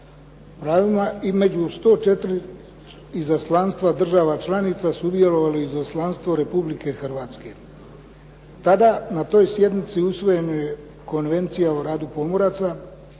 pravima i među 104 izaslanstva država članica sudjelovalo je i izaslanstvo Republike Hrvatske. Tada na toj sjednici usvojena je Konvencija o radu pomoraca.